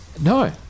No